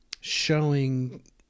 showing